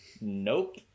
Nope